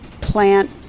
plant